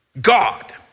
God